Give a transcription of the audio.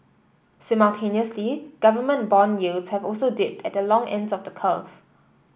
simultaneously government bond yields have also dipped at the long ends of the curve